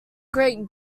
great